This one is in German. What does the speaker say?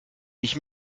ich